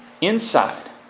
inside